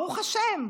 ברוך השם.